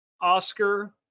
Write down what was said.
Oscar